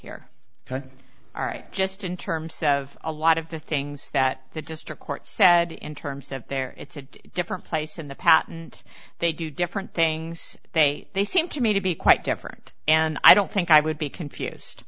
here all right just in terms of a lot of the things that the district court said in terms of their it's a different place in the patent they do different things they they seem to me to be quite different and i don't think i would be confused